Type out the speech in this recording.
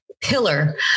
pillar